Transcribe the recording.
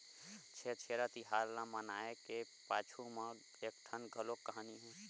छेरछेरा तिहार ल मनाए के पाछू म एकठन घलोक कहानी हे